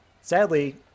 Sadly